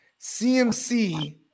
CMC